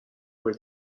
where